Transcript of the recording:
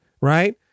right